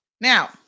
Now